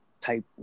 type